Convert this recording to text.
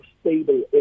stable